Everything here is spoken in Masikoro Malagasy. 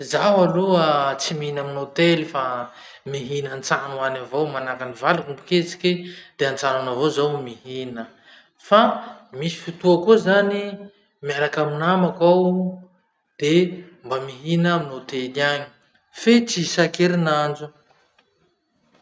Zaho aloha tsy mihina amin'ny hotely fa mihina antrano any avao managnan'ny valiko miketriky de antrano any avao zaho mihina. Fa misy fotoa koa zany miaraky amy namako aho de mba mihina amin'ny hotely any. Fe tsy isaky herinandro.